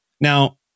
Now